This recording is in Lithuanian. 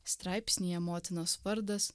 straipsnyje motinos vardas